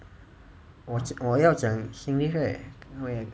我我要讲 singlish right